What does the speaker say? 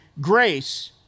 grace